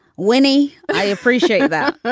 winnie, i appreciate that.